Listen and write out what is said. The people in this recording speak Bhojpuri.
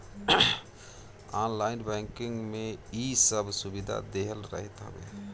ऑनलाइन बैंकिंग में इ सब सुविधा देहल रहत हवे